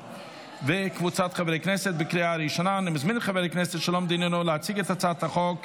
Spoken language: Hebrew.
אושרה בקריאה ראשונה ותחזור לדיון בוועדת הכנסת לצורך הכנתה לקריאה